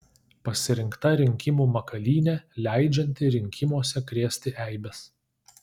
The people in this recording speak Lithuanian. pasirinkta rinkimų makalynė leidžianti rinkimuose krėsti eibes